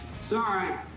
Sorry